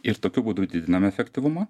ir tokiu būdu didinam efektyvumą